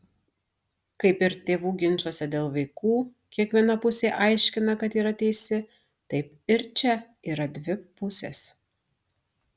kaip ir tėvų ginčuose dėl vaikų kiekviena pusė aiškina kad yra teisi taip ir čia yra dvi pusės